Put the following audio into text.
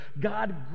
God